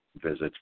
visits